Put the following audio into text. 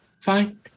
fine